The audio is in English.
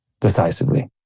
decisively